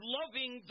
loving